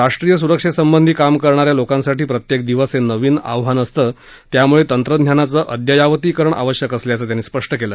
राष्ट्रीय सुरक्षेसंबंधी काम करणा या लोकांसाठी प्रत्येक दिवस हे नवीन आव्हान असतं त्यामुळे तंत्रज्ञानाचं अद्ययावतीकरण आवश्यक असल्याचं त्यांनी सांगितलं